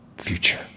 Future